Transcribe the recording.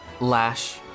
lash